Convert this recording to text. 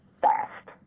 fast